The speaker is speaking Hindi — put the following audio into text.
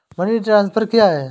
मनी ट्रांसफर क्या है?